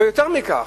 אבל יותר מכך,